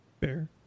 Fair